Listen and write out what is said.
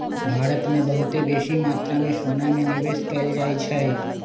भारत में बहुते बेशी मत्रा में सोना में निवेश कएल जाइ छइ